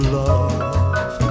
love